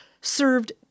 served